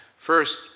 First